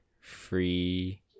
free